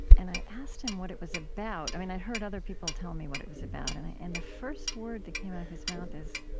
and i asked him what it was about? i mean i heard other people tell me what it was about. and and the first word that came out of his mouth is,